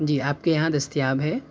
جی آپ کے یہاں دستیاب ہے